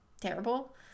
terrible